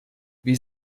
wie